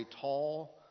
tall